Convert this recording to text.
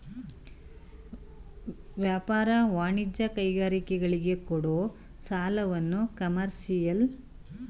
ವ್ಯಾಪಾರ, ವಾಣಿಜ್ಯ, ಕೈಗಾರಿಕೆಗಳಿಗೆ ಕೊಡೋ ಸಾಲವನ್ನು ಕಮರ್ಷಿಯಲ್ ಲೋನ್ ಅಂತಾರೆ